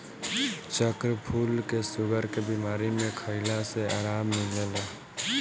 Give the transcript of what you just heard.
चक्रफूल के शुगर के बीमारी में खइला से आराम मिलेला